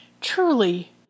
truly